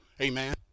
Amen